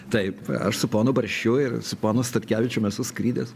taip aš su ponu barščiu ir su ponu statkevičium esu skridęs